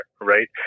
right